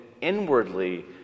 inwardly